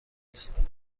نیستم